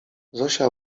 zosia